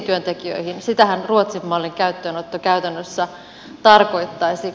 sitähän ruotsin mallin käyttöönotto käytännössä tarkoittaisi